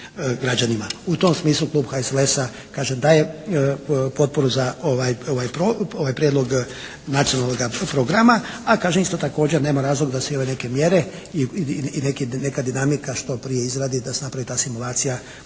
U tom smislu Klub HSLS-a kažem daje potporu za ovaj Prijedlog Nacionalnoga programa a kažem isto također nema razloga da se i ove neke mjere i neka dinamika što prije izradi da se napravi ta …